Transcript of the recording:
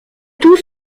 tout